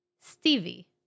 Stevie